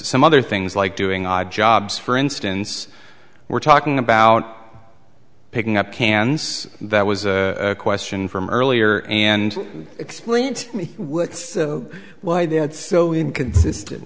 some other things like doing odd jobs for instance we're talking about picking up cans that was a question from earlier and explain to me why they're so inconsistent